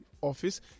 office